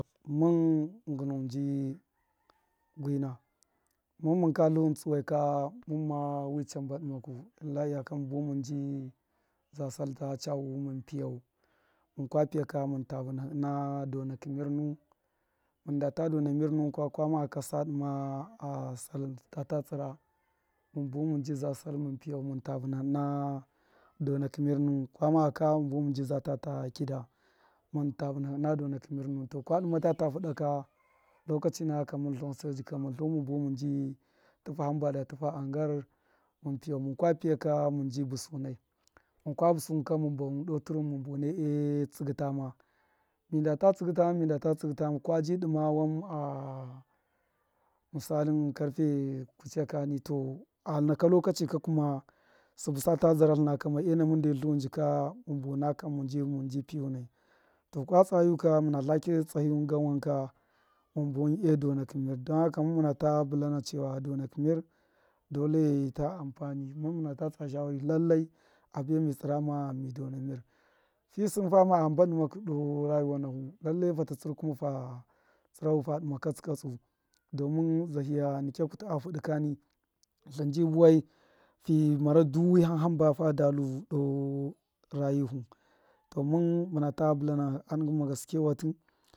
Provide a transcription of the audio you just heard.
Mun ngṫnuwṫn ji ngṫna mun mun ka tlṫuwun tsuwe ka mumma wṫ chan ba dṫma ku illa iyaka mun buwun mum ji za sal ta hachawu mum piyau mun ka piya ka pṫya kaminta vṫnahi ṫna donakṫ mṫn nuwun mun nda ta dona mir ka kwa dṫma ka sa dṫma a sal ta ta tsṫma mun buwun mun ba za sal mun piyau mun ta vinahi ṫna donakṫ mir nuwun kwa mukaka mun buwun mun bṫ za la tu kida mu tu vṫnahi ṫna donaki mir nuwun to kwa dṫma tata fuda ka lokachi nakaka mun tlawan su ji kai mun buwun mun ji tifa hamba da tifa a ngar mun piyau mun kwa piya ka mun busnai mun kwa busuwun ka mun bawun doo tiruwun e tsugṫ tuma mindata tsṫgṫ tama mindata tsṫgṫ tama kwaji dṫma a misalign karfe kuchiya kani to a naka lokachi ka kuma sṫbṫ sata zdara tiṫna kamai ena mun de tluwun jika mun buna kam mun ji piunai to kwa tsa yuka muna sake tlahiyuwun gan wanka mun buwun e donakṫ mir don haka mu muna ta bulana chora donakṫ mir dole ta amfani mun muna ta tsa shawari lallai abe mi dona mir, fi sṫn fama a hṫmba dṫmakṫ doo rayuwa nahu lallai fata tsṫrkuma fu dṫma katsṫ katsu domin zahiya nikya kutṫ a fudṫ kani tlṫn ji buwai fimara wiham sṫba fa a lu doo rayi hu to mun muna ta bulana a dṫngṫ ma gaske wati.